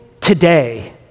today